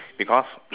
because